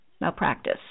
malpractice